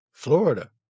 Florida